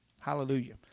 hallelujah